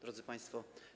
Drodzy Państwo!